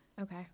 Okay